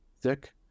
thick